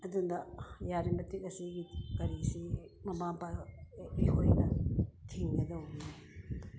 ꯑꯗꯨꯅ ꯌꯥꯔꯤ ꯃꯇꯤꯛ ꯑꯁꯤꯒꯤ ꯀꯔꯤꯁꯤ ꯃꯃꯥ ꯃꯄꯥ ꯑꯩꯈꯣꯏꯅ ꯊꯤꯡꯒꯗꯧꯕꯅꯤ